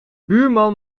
buurman